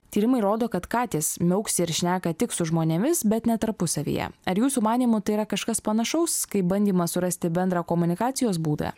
tyrimai rodo kad katės miauksi ir šneka tik su žmonėmis bet ne tarpusavyje ar jūsų manymu tai yra kažkas panašaus kaip bandymas surasti bendrą komunikacijos būdą